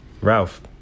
Ralph